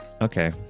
okay